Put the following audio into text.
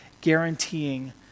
guaranteeing